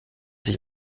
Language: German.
sich